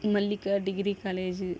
Mallika degree college